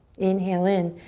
inhale in.